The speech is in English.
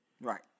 Right